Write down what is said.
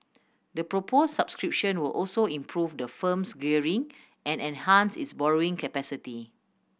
the proposed subscription will also improve the firm's gearing and enhance its borrowing capacity